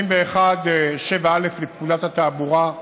71(7א) לפקודת התעבורה,